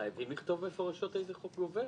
חייבים לכתוב מפורשות איזה חוק גובר.